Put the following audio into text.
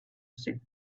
sit